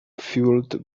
fueled